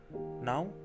Now